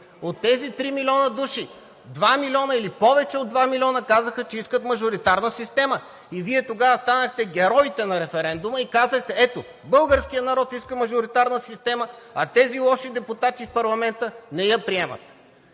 половина милиона. два милиона или повече от два милиона казаха, че искат мажоритарна система. И Вие тогава станахте героите на референдума и казахте: „Ето, българският народ иска мажоритарна система, а тези лоши депутати в парламента не я приемат.“